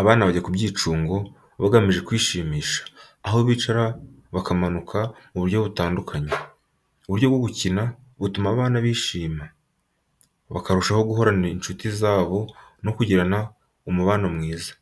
Abana bajya ku byicungo bagamije kwishimisha, aho bicara, bakamanuka mu buryo butandukanye. Ubu buryo bwo gukina butuma abana bishima, bakarushaho guhorana n’inshuti zabo no kugirana umubano mwiza.